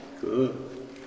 Good